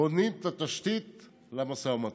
בונים את התשתית למשא ומתן.